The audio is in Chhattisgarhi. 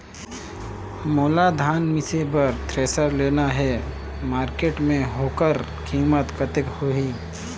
मोला धान मिसे बर थ्रेसर लेना हे मार्केट मां होकर कीमत कतेक होही?